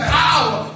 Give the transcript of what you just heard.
power